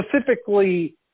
specifically